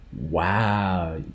Wow